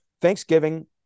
Thanksgiving